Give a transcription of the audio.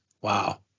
Wow